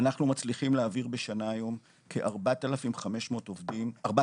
היום אנחנו מצליחים להעביר בשנה כ-4000-5000 עובדים,